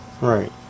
Right